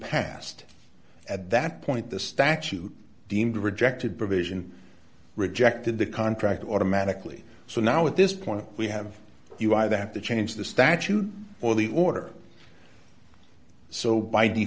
passed at that point the statute deemed rejected provision rejected the contract automatically so now at this point we have you either have to change the statute or the order so by